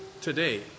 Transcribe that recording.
today